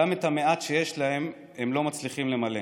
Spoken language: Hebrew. גם את המעט שיש להם הם לא מצליחים למלא.